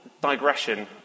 digression